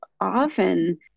often